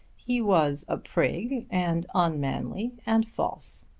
he was a prig, and unmanly, and false.